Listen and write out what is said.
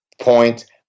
point